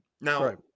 Now-